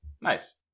Nice